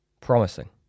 promising